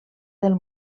del